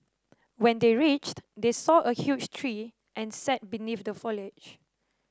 when they reached they saw a huge tree and sat beneath the foliage